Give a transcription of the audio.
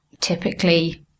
typically